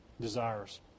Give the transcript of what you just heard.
desires